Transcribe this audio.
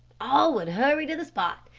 all would hurry to the spot,